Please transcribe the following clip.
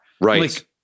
Right